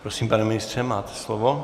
Prosím, pane ministře, máte slovo.